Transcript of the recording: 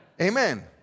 Amen